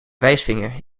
wijsvinger